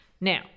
Now